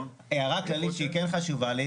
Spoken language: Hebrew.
הערה כללית שהיא כן חשובה לי.